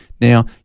Now